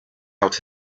out